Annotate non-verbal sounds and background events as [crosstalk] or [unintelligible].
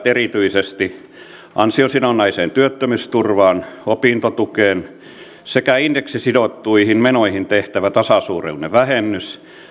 [unintelligible] erityisesti ansiosidonnaiseen työttömyysturvaan opintotukeen sekä indeksisidottuihin menoihin tehtävä tasasuuruinen vähennys